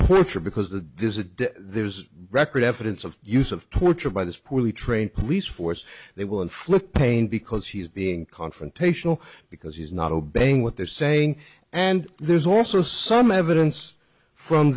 twitter because the this is a death there's record evidence of use of torture by this poorly trained police force they will inflict pain because he's being confrontational because he's not obeying what they're saying and there's also some evidence from